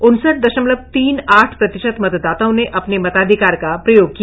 उनसठ दशमलव तीन आठ प्रतिशत मतदाताओं ने अपने मताधिकार का प्रयोग किया